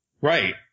Right